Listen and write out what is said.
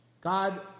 God